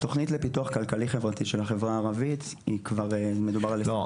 התוכנית לפיתוח כלכלי-חברתי של החברה הערבית היא כבר --- לא,